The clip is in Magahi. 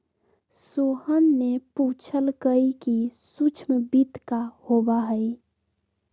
सोहन ने पूछल कई कि सूक्ष्म वित्त का होबा हई?